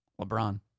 LeBron